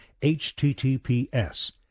HTTPS